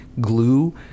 glue